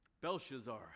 Belshazzar